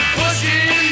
pushing